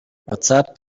whatsapp